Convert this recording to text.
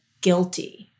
guilty